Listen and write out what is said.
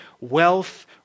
wealth